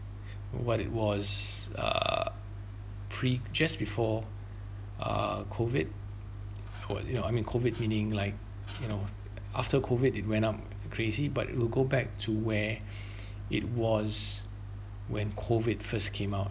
what it was err pre just before uh COVID what it I mean COVID meaning like you know after COVID it went up crazy but it will go back to where it was when COVID first came out